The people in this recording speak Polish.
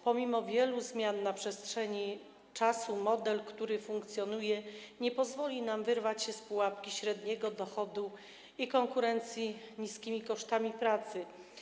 Pomimo wielu zmian na przestrzeni czasu model, który funkcjonuje, nie pozwoli nam wyrwać się z pułapki średniego dochodu i na konkurencję niskimi kosztami pracy.